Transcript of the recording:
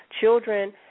children –